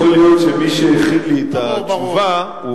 יכול להיות שמי שהכין לי את התשובה טעה.